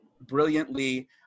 brilliantly